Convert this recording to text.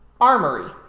armory